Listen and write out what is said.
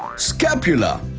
scapula.